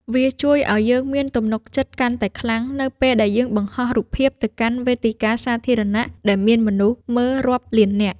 វាជួយឱ្យយើងមានទំនុកចិត្តកាន់តែខ្លាំងនៅពេលដែលយើងបង្ហោះរូបភាពទៅកាន់វេទិកាសាធារណៈដែលមានមនុស្សមើលរាប់លាននាក់។